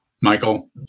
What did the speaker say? Michael